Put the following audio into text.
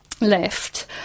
left